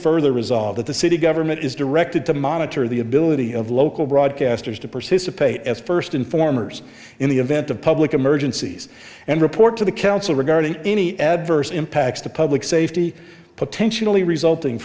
further resolve that the city government is directed to monitor the ability of local broadcasters to persist of pay as first informers in the event of public emergencies and report to the council regarding any adverse impacts to public safety potentially resulting